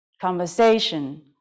conversation